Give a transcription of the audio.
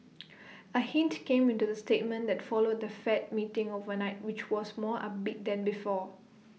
A hint came in the statement that followed the fed meeting overnight which was more upbeat than before